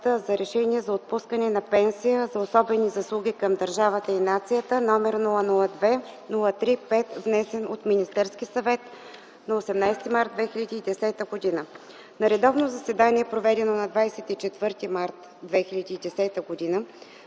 за Решение за отпускане на пенсия за особени заслуги към държавата и нацията, № 002-03-5, внесен от Министерския съвет на 18 март 2010 г. На редовно заседание, проведено на 24 март 2010 г.,